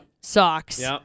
socks